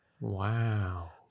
Wow